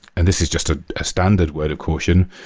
and this is just a ah standard word of caution.